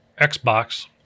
Xbox